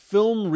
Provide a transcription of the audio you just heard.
Film